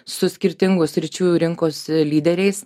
su skirtingų sričių rinkos lyderiais